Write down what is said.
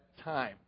time